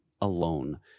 alone